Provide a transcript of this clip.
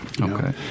Okay